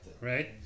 Right